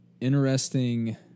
interesting